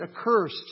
accursed